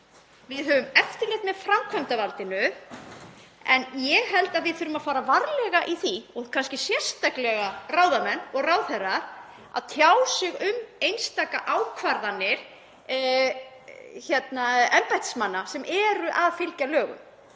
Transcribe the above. við höfum eftirlit með framkvæmdarvaldinu en ég held að við þurfum að fara varlega í því, og kannski sérstaklega ráðamenn og ráðherrar, að tjá okkur um einstakar ákvarðanir embættismanna sem eru að fylgja lögum.